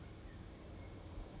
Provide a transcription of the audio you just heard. allergic to it but she's like